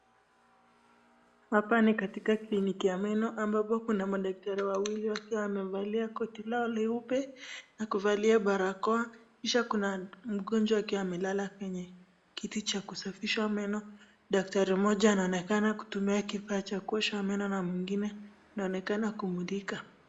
Hapa ni katika kliniki ya meno ambapo kuna madaktari wawili wakiwa wamevalia koti lao leupe na kuvalia barakoa kisha kuna mgonjwa akiwa amelala kwenye kiti cha kusafisha meno, daktari moja anaonekana kutumia kifaa cha kuosha meno na mwingine anaonekana kumulika.